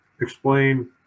explain